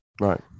right